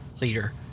leader